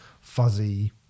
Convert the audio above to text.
fuzzy